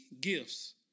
gifts